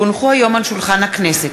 כי הונחו היום על שולחן הכנסת,